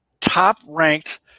top-ranked